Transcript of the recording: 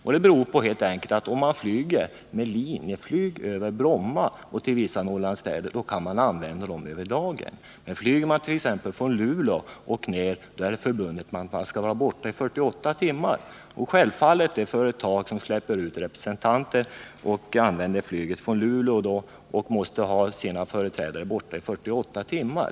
Detta beror helt enkelt på, att om man flyger med Linjeflyg över Bromma till vissa Norrlandsstäder kan man tillgodogöra sig dem över dagen. Men flyger man från t.ex. Luleå söderut måste man vara borta 48 timmar. Självfallet innebär det också som regel traktamentskostnader för det företag som sänder i väg representanter med flyget från Luleå och som måste ha dem borta i 48 timmar.